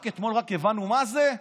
רק אתמול הבנו מה זה?